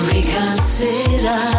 Reconsider